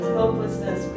hopelessness